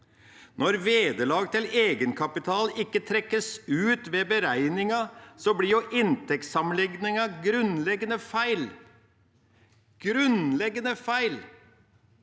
Når vederlag til egenkapital ikke trekkes ut ved beregningen, blir jo inntektssammenligningen grunnleggende feil – grunnleggende feil.